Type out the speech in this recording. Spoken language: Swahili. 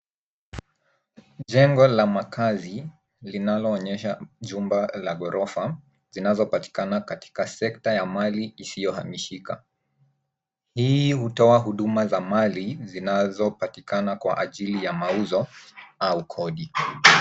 Jengo la makazi linaloonyesha jumba la ghorofa zinazopatikana katika sekta ya mali isiyohamishika. Hii hutoa huduma za mali zinazopatikana kwa ajili ya mauzo au kodi.